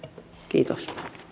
kiitos